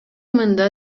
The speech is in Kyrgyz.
мында